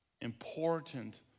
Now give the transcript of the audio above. important